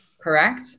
Correct